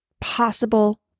possible